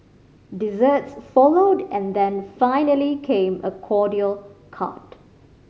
desserts followed and then finally came a cordial cart